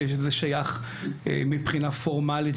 שזה שייך מבחינה פורמלית,